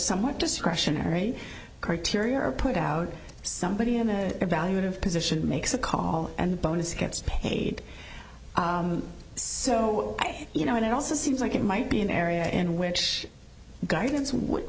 somewhat discretionary criteria are put out somebody in that evaluative position makes a call and the bonus gets paid so you know and it also seems like it might be an area in which guidance would